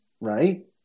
right